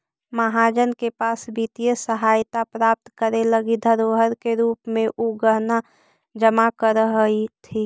महाजन के पास वित्तीय सहायता प्राप्त करे लगी धरोहर के रूप में उ गहना जमा करऽ हथि